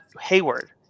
Hayward